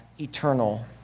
eternal